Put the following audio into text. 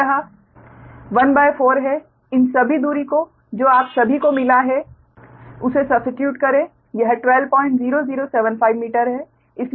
तो यह 1 भागित 4 है इन सभी दूरी को जो आप सभी को मिला है उसे सब्स्टीट्यूट करें यह 120075 मीटर है